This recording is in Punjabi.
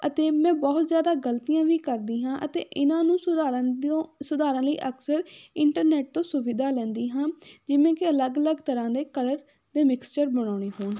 ਅਤੇ ਮੈਂ ਬਹੁਤ ਜ਼ਿਆਦਾ ਗਲਤੀਆਂ ਵੀ ਕਰਦੀ ਹਾਂ ਅਤੇ ਇਹਨਾਂ ਨੂੰ ਸੁਧਾਰਨ ਦਿਉ ਸੁਧਾਰਨ ਲਈ ਅਕਸਰ ਇੰਟਰਨੈੱਟ ਤੋਂ ਸੁਵਿਧਾ ਲੈਂਦੀ ਹਾਂ ਜਿਵੇਂ ਕਿ ਅਲੱਗ ਅਲੱਗ ਤਰ੍ਹਾਂ ਦੇ ਕਲਰ ਅਤੇ ਮਿਕਸਚਰ ਬਣਾਉਣੇ ਹੋਣ